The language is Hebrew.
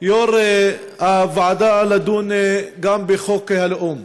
יו"ר הוועדה לדון גם בחוק הלאום,